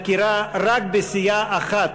מכירה רק בסיעה אחת,